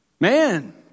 Man